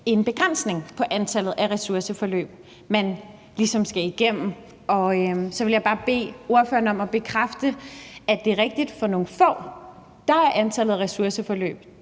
en begrænsning i antallet af ressourceforløb, som man skal igennem. Og så vil jeg bare bede ordføreren om at bekræfte, at det er rigtigt, at for nogle få er antallet af ressourceforløb